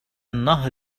النهر